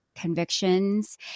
convictions